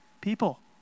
people